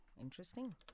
interesting